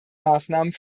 maßnahmen